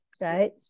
right